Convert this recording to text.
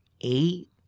eight